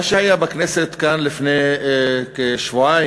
מה שהיה בכנסת כאן לפני כשבועיים,